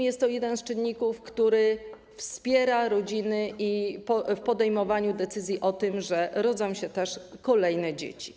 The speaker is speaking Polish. Jest to jeden z czynników, który wspiera rodziny w podejmowaniu decyzji o tym, że rodzą się kolejne dzieci.